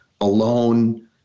alone